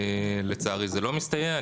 לצערי, זה לא מסתייע.